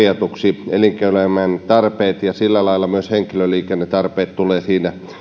korjatuksi siinä tulevat elinkeinoelämän tarpeet ja sillä lailla myös henkilöliikennetarpeet